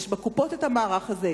בקופות יש המערך הזה.